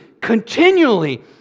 continually